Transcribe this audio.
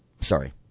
Sorry